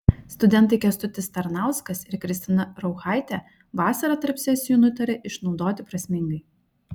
studentai kęstutis tarnauskas ir kristina rauchaitė vasarą tarp sesijų nutarė išnaudoti prasmingai